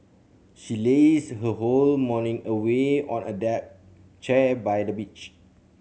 she lazed her whole morning away on a deck chair by the beach